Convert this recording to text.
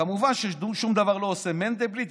וכמובן ששום דבר לא עושה מנדלבליט.